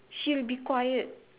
she'll be quiet